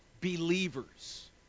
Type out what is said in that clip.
believers